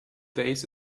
days